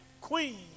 queen